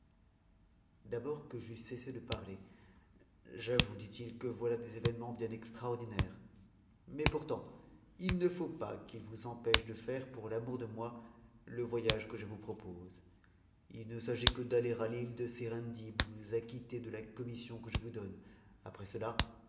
d'abord que j'eus cessé de parler j'avoue dit-il que voilà des événements bien extraordinaires mais pourtant il ne faut pas qu'ils vous empêchent de faire pour l'amour de moi le voyage que je vous propose h ne s'agit que d'aller à t'ite de serendib vousacquitter de la commission qutje vous donne après cela